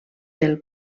del